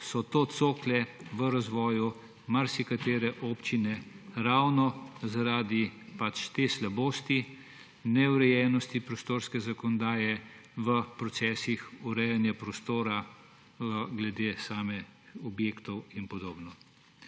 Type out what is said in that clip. so to cokle v razvoju marsikatere občine ravno zaradi te slabosti, neurejenosti prostorske zakonodaje v procesih urejanja prostora glede samih objektov in podobno.